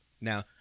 Now